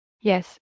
Yes